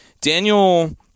Daniel